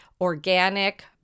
organic